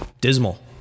dismal